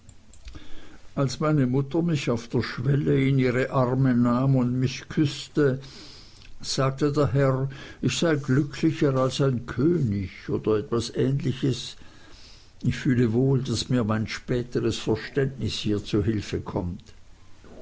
als meine mutter mich auf der schwelle in ihre arme nahm und mich küßte sagte der herr ich sei glücklicher als ein könig oder etwas ähnliches ich fühle wohl daß mir mein späteres verständnis hier zu hilfe kommt